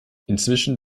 inzwischen